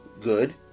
Good